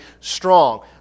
strong